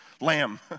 lamb